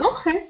Okay